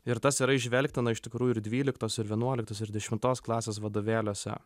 ir tas yra įžvelgtina iš tikrųjų ir dvyliktos ir vienuoliktos ir dešimtos klasės vadovėliuose